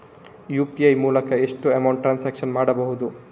UPI ಮೂಲಕ ಎಷ್ಟು amount transaction ಮಾಡಬಹುದು?